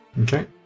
Okay